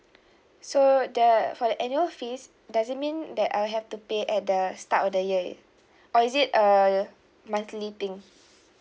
so the for the annual fees does it mean that I'll have to pay at the start of the year or is it a monthly thing